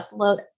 upload